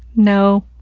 no.